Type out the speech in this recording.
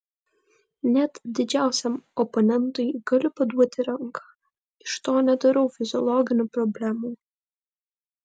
net didžiausiam oponentui galiu paduoti ranką iš to nedarau fiziologinių problemų